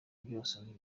byose